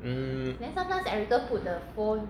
mm